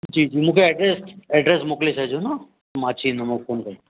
जी जी मूंखे address address मोकिले छॾिजो न मां अची वेंदुमि फ़ोन करे